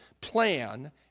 plan